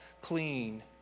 clean